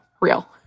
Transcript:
real